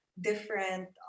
different